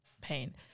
pain